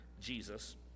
Jesus